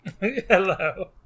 Hello